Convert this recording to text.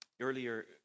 earlier